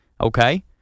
Okay